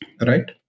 right